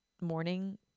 morning